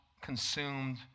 consumed